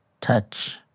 touch